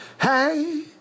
Hey